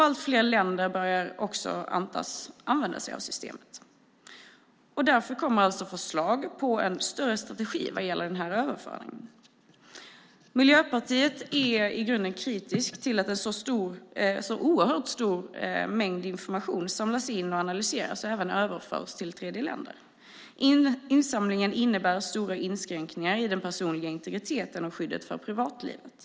Allt fler länder börjar använda sig av systemet. Därför kommer det nu förslag om en större strategi vad gäller denna överföring. Miljöpartiet är i grunden kritiskt till att en så oerhört stor mängd information samlas in och analyseras och även överförs till tredjeländer. Insamlingen innebär stora inskränkningar i den personliga integriteten och i skyddet av privatlivet.